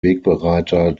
wegbereiter